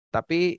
Tapi